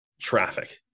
traffic